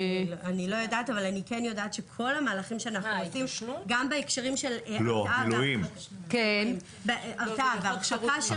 אבל אני יודעת שכל המהלכים שאנחנו עושים גם בהקשרים של הרתעה והרחקה.